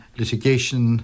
litigation